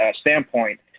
standpoint